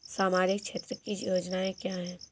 सामाजिक क्षेत्र की योजनाएँ क्या हैं?